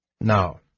Now